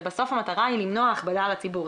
בסוף המטרה היא למנוע הכבדה על הציבור.